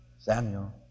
Samuel